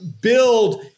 build